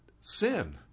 sin